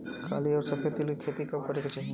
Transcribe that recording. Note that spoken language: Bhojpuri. काली अउर सफेद तिल के खेती कब करे के चाही?